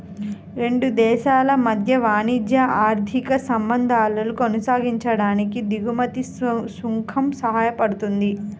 రెండు దేశాల మధ్య వాణిజ్య, ఆర్థిక సంబంధాలను కొనసాగించడానికి దిగుమతి సుంకం సాయపడుతుంది